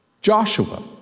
Joshua